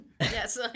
yes